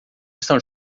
estão